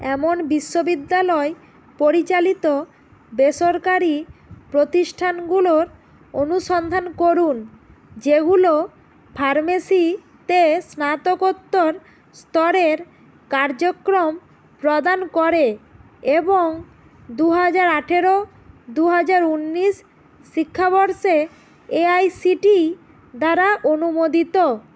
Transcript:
এমন বিশ্ববিদ্যালয় পরিচালিত বেসরকারি প্রতিষ্ঠানগুলোর অনুসন্ধান করুন যেগুলো ফার্মেসিতে স্নাতকোত্তর স্তরের কার্যক্রম প্রদান করে এবং দু হাজার আঠেরো দু হাজার উনিশ শিক্ষাবর্ষে এআইসিটি দ্বারা অনুমোদিত